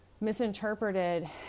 misinterpreted